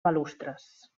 balustres